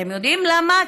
אתם יודעים למה?